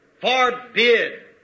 forbid